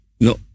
No